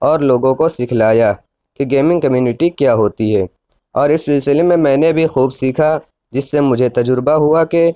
اور لوگوں کو سکھلایا کہ گیمنگ کمیونٹی کیا ہوتی ہے اور اِس سِلسلے میں نے بھی خوب سیکھا جس سے مجھے تجربہ ہُوا کہ